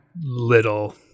little